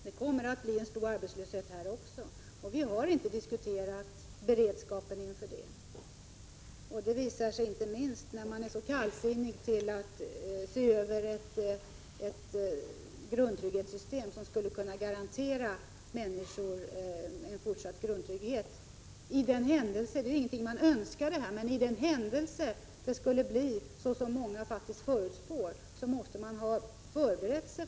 Det kommer att bli stor arbetslöshet här också, och vi har inte diskuterat någon beredskap inför detta. Det visar sig inte minst när man är så kallsinnig till att se över ett system som skulle kunna garantera människor en fortsatt grundtrygghet. För den händelse det skulle bli så som många förutspår — detta är ju ingenting man önskar — måste man ha förberett sig.